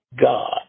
God